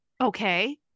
okay